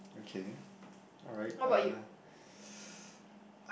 okay alright uh